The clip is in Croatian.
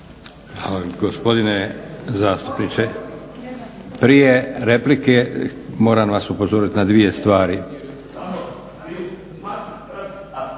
Gospodine zastupniče, prije replike moram vas upozoriti na dvije stvari.